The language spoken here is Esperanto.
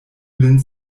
lin